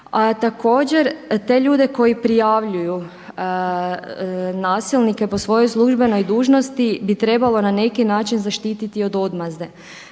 A također, te ljude koji prijavljuju nasilnike po svojoj službenoj dužnosti bi trebalo na neki način zaštititi od odmazde.